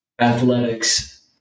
athletics